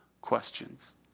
questions